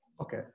Okay